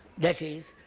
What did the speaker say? that is,